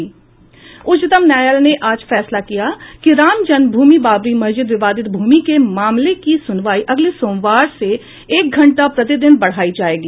उच्चतम न्यायालय ने आज फैसला किया कि राम जन्म भूमि बाबरी मस्जिद विवादित भूमि के मामले की सुनवाई अगले सोमवार से एक घंटा प्रतिदिन बढ़ाई जाएगी